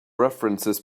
references